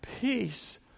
peace